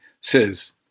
says